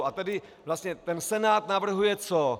A tedy vlastně ten Senát navrhuje co?